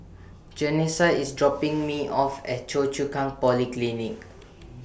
Janessa IS dropping Me off At Choa Chu Kang Polyclinic